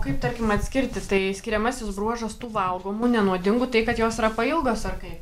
kaip tarkim atskirti tai skiriamasis bruožas tų valgomų nenuodingų tai kad jos yra pailgos ar kaip